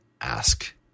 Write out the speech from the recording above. ask